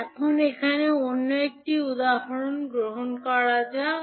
এখন এখানে অন্য একটি উদাহরণ গ্রহণ করা যাক